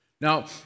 Now